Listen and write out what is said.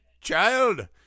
child